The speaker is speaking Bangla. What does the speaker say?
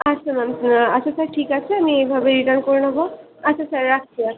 আচ্ছা ম্যাম আচ্ছা স্যার ঠিক আছে আমি এইভাবে রিটার্ন করে নেবো আচ্ছা স্যার রাখছি